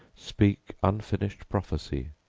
speak unfinished prophecy,